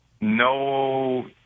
no